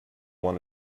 want